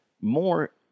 more